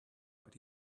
but